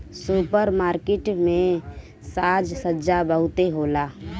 super market में साज सज्जा बहुते होला